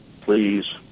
please